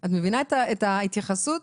את ההתייחסות?